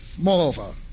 Moreover